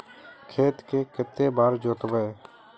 खेत के कते बार जोतबे?